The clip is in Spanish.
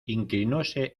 inclinóse